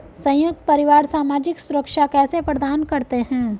संयुक्त परिवार सामाजिक सुरक्षा कैसे प्रदान करते हैं?